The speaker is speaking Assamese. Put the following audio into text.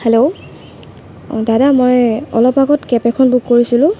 হেল্ল' অঁ দাদা মই অলপ আগত কেব এখন বুক কৰিছিলোঁ